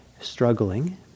struggling